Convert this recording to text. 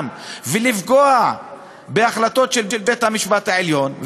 ולפגוע בהחלטות של בית-המשפט העליון,